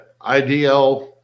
IDL